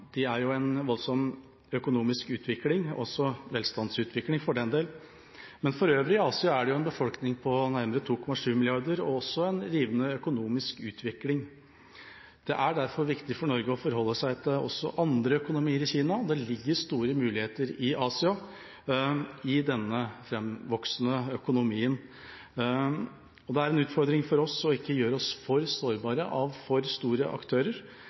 De er i en voldsom økonomisk utvikling – også velstandsutvikling, for den del. Men for øvrig i Asia er det en befolkning på nærmere 2,7 milliarder og også en rivende økonomisk utvikling. Det er derfor viktig for Norge å forholde seg til også andre økonomier enn Kinas. Det ligger store muligheter i Asia i denne framvoksende økonomien. Det er en utfordring for oss ikke å gjøre oss for sårbare for for store aktører